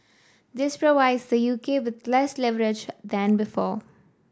this provides the U K with less leverage than before